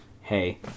hey